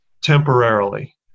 temporarily